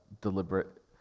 deliberate